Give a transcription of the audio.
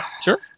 Sure